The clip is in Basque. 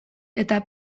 eta